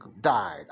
died